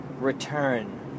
return